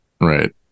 Right